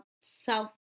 self